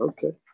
Okay